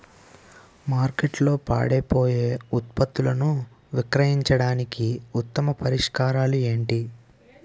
మార్కెట్లో పాడైపోయే ఉత్పత్తులను విక్రయించడానికి ఉత్తమ పరిష్కారాలు ఏంటి?